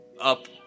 up-